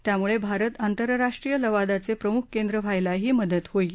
त्यामुळे भारत आंतरराष्ट्रीय लवादाचे प्रमुख केंद्र व्हायलाही मदत होईल